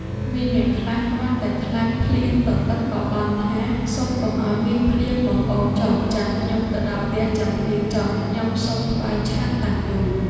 មានអ្នកខ្លះគ្រាន់តែខ្លាចភ្លៀងទទឹក ក៏បន់ថា ៖ សុំកុំឲ្យមានភ្លៀងបង្អុរចុះ ចាំខ្ញុំទៅដល់ផ្ទះចាំភ្លៀងចុះ ខ្ញុំសុំថ្វាយឆត្រ តាំងយូ។